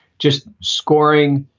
just scoring,